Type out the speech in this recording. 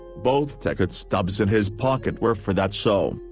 both ticket stubs in his pocket were for that so